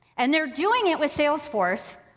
and they're doing it with salesforce,